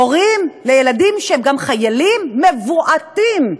הורים לילדים שהם חיילים, מבועתים.